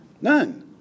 None